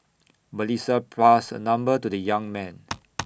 Melissa passed her number to the young man